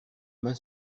main